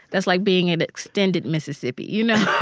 that's like being in extended mississippi, you know?